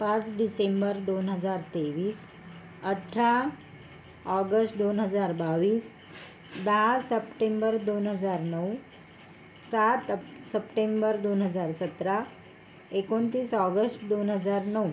पाच डिसेंबर दोन हजार तेवीस अठरा ऑगष्ट दोन हजार बावीस दहा सप्टेंबर दोन हजार नऊ सात अ सप्टेंबर दोन हजार सतरा एकोणतीस ऑगष्ट दोन हजार नऊ